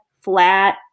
flat